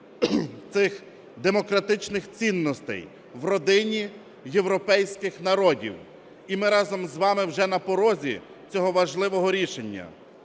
цих демократичних цінностей, в родині європейських народів. І ми разом з вами вже на порозі цього важливого рішення.